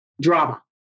drama